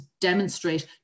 demonstrate